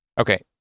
Okay